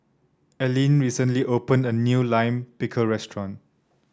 Aline recently open a new Lime Pickle restaurant